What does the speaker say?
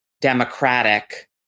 democratic